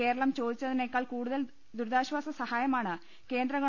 കേരളം ചോദിച്ചതിനേക്കാൾ കൂടുതൽ ദൂരിതാശ്വാസ സഹായമാണ് കേന്ദ്ര ഗവ